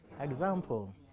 Example